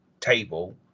table